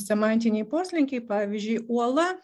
semantiniai poslinkiai pavyzdžiui uola